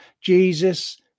Jesus